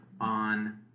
on